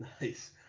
Nice